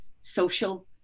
social